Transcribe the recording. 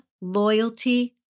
loyalty